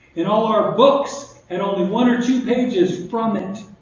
in all our books, and only one or two pages from it.